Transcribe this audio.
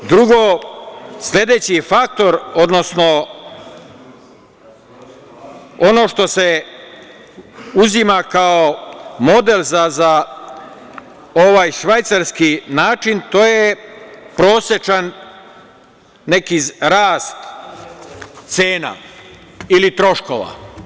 Drugo, sledeći faktor, odnosno ono što se uzima kao model za švajcarski način, to je prosečan neki rast cena ili troškova.